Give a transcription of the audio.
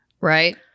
right